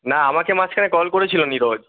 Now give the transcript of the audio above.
না আমাকে মাঝখানে কল করেছিল নীরজ